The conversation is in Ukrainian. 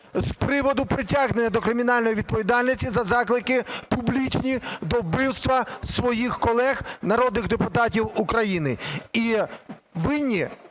з приводу притягнення до кримінальної відповідальності за заклики публічні до вбивства своїх колег народних депутатів України. І винні